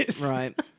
Right